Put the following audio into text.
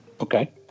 Okay